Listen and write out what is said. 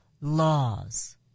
laws